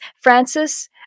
Francis